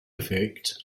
effect